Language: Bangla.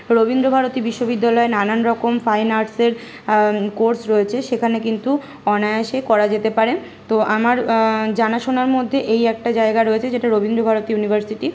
রবীন্দ্রভারতী বিশ্ববিদ্যালয়ে নানান রকম ফাইন আর্টসের কোর্স রয়েছে সেখানে কিন্তু অনায়াসে করা যেতে পারে তো আমার জানাশোনার মধ্যে এই একটা জায়গা রয়েছে যেটা রবীন্দ্রভারতী ইউনিভার্সিটি